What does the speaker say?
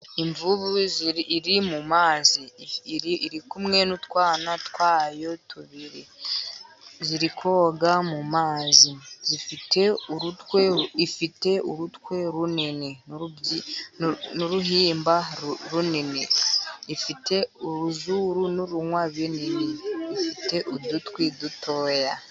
Imvubu iri mu mazi iri iri kumwe n'utwana twayo tubiri, ziri koga mu mazi zifite urutwe ifite urutwe runini n'uruhimba runini, ifite uruzuru n'urunwa binini ifite udutwi dutoya.